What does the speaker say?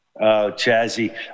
Chazzy